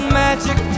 magic